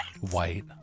White